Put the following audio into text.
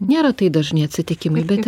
nėra tai dažni atsitikimai bet